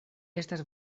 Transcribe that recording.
estas